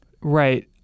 Right